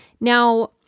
Now